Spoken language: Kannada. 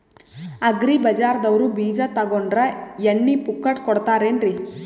ಅಗ್ರಿ ಬಜಾರದವ್ರು ಬೀಜ ತೊಗೊಂಡ್ರ ಎಣ್ಣಿ ಪುಕ್ಕಟ ಕೋಡತಾರೆನ್ರಿ?